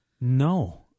No